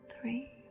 three